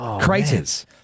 Craters